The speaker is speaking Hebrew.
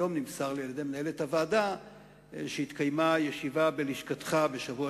היום מסרה לי מנהלת הוועדה שהתקיימה ישיבה בלשכתך בשבוע